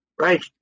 right